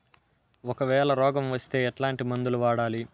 ఒకవేల రోగం వస్తే ఎట్లాంటి మందులు వాడాలి?